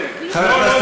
לא,